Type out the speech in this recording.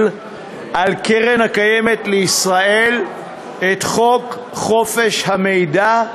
על קרן קיימת לישראל את חוק חופש המידע,